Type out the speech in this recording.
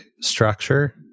structure